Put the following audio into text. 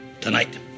tonight